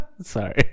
Sorry